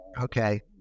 okay